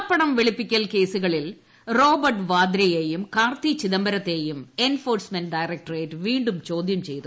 കള്ളപ്പണം വെളുപ്പിക്കൽ കേസൂകളിൽ റോബർട്ട് വാദ്രയെയും കാർത്തി ചിദംബരത്തെയും എൻഫോഴ്സ്മെന്റ് ഡയറക്ട്രേറ്റ് വീ ും ചോദ്യാ ചെയ്തു